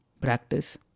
practice